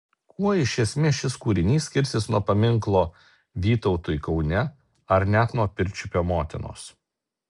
kuo iš esmės šis kūrinys skirsis nuo paminklo vytautui kaune ar net nuo pirčiupio motinos